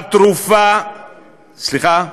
התרופה, 550,